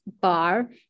bar